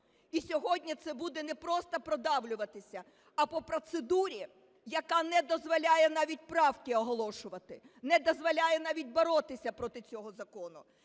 І сьогодні це буде не просто продавлюватися, а по процедурі, яка не дозволяє навіть правки оголошувати, не дозволяє навіть боротися проти цього закону.